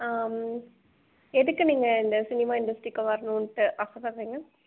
எதுக்கு நீங்கள் இந்த சினிமா இண்டஸ்டிரிக்கு வரணும்ன்ட்டு ஆசைப்பட்றிங்க